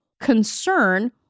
concern